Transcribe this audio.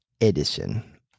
Edison